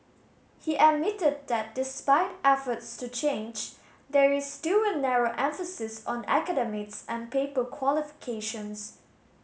he admitted that despite efforts to change there is still a narrow emphasis on academics and paper qualifications